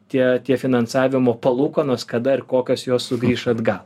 tie tie finansavimo palūkanos kada ir kokios jos sugrįš atgal